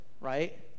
right